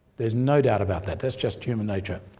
there's no doubt about that, that's just human nature.